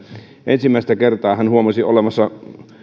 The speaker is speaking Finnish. ensimmäistä kertaa hän huomasi olevansa